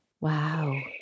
Wow